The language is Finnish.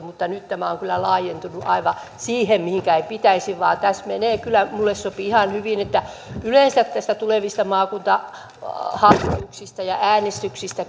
mutta nyt tämä on kyllä laajentunut aivan siihen mihinkä ei pitäisi ja tässä menee kyllä minulle sopii ihan hyvin että yleensä näistä tulevista maakuntahallituksista ja äänestyksistä